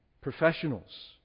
Professionals